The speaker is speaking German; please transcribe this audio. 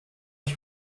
ich